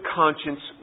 conscience